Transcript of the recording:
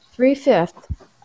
three-fifths